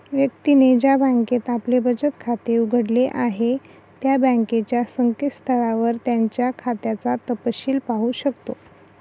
व्यक्तीने ज्या बँकेत आपले बचत खाते उघडले आहे त्या बँकेच्या संकेतस्थळावर त्याच्या खात्याचा तपशिल पाहू शकतो